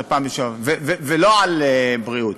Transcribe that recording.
ולא על בריאות.